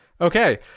Okay